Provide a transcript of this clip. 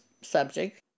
subject